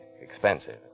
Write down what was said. expensive